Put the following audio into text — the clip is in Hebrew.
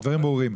הדברים ברורים.